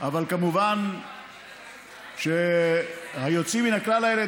אבל כמובן שהיוצאים מן הכלל האלה,